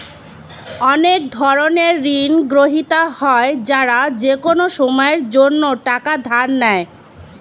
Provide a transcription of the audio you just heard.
অনেক ধরনের ঋণগ্রহীতা হয় যারা যেকোনো সময়ের জন্যে টাকা ধার নেয়